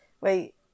Wait